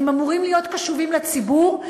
הם אמורים להיות קשובים לציבור,